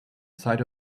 side